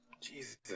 Jesus